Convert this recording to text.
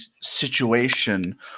situation